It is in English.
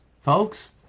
folks